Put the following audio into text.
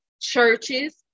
churches